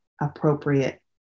appropriate